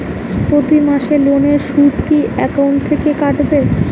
প্রতি মাসে লোনের সুদ কি একাউন্ট থেকে কাটবে?